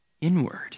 inward